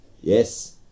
Yes